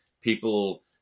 people